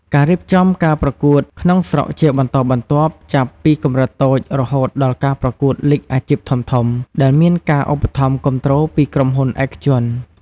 ការរៀបចំការប្រកួតក្នុងស្រុកជាបន្តបន្ទាប់ ចាប់ពីកម្រិតតូចរហូតដល់ការប្រកួតលីគអាជីពធំៗ ដែលមានការឧបត្ថម្ភគាំទ្រពីក្រុមហ៊ុនឯកជន។